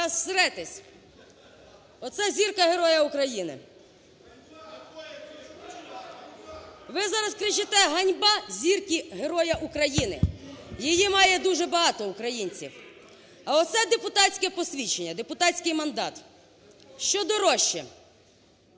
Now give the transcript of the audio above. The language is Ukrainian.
Ви зараз кричите "ганьба" Зірки Героя України, її має дуже багато українців. А оце – депутатське посвідчення, депутатський мандат. Що дорожче?